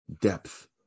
depth